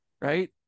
right